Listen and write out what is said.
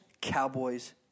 Cowboys